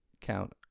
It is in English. count